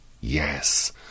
Yes